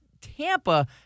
Tampa